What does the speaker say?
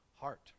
heart